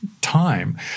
time